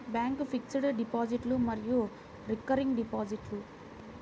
bank fixed డిపాజిట్లు మరియు recurring డిపాజిట్లు